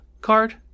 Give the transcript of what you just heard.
card